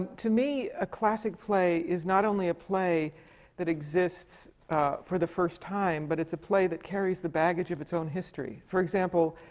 to me a classic play is not only a play that exists for the first time, but it's a play that carries the baggage of its own history. for example,